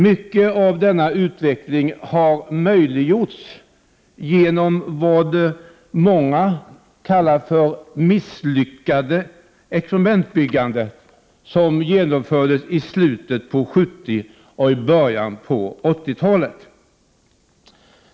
Mycket av denna utveckling har möjliggjorts genom vad många kallar för ett misslyckat experimentbyggande, som genomfördes i slutet av 70-talet och början av 80-talet.